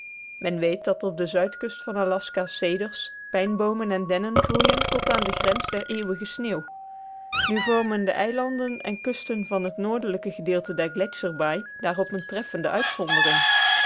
men weet dat op de zuidkust van aljaska ceders pijnboomen en dennen groeien tot aan de grens der eeuwige sneeuw nu vormen de eilanden en kusten van het noordelijke deel der gletscherbaai daarop eene treffende uitzondering